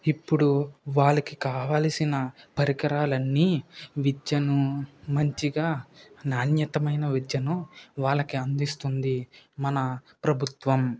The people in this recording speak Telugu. ఇప్పుడు వాళ్ళకి కావలసిన పరికరాలన్నీ విద్యను మంచిగా నాణ్యత మైన విద్యను వాళ్ళకి అందిస్తుంది మన ప్రభుత్వం